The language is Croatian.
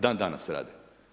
Dan-danas rade.